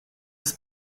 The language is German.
das